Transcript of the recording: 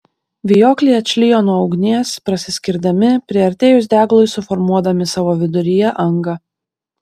vijokliai atšlijo nuo ugnies prasiskirdami priartėjus deglui suformuodami savo viduryje angą